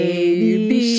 Baby